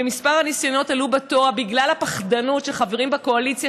וכמה ניסיונות עלו בתוהו בגלל הפחדנות של החברים בקואליציה,